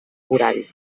corall